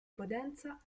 potenza